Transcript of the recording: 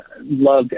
loved